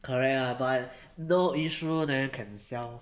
correct lah but no issue then can sell